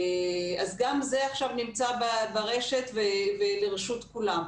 אז גם זה עכשיו נמצא ברשת ולרשות כולם.